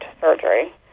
surgery